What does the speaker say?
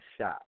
shop